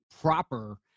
proper